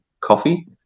coffee